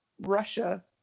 Russia